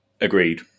Agreed